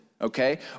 okay